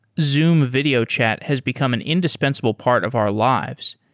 zoom video chat has become an indispensable part of our lives.